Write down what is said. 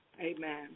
Amen